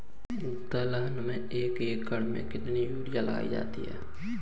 दलहन में एक एकण में कितनी यूरिया लगती है?